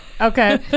okay